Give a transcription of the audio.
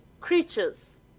creatures